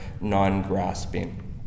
non-grasping